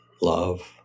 love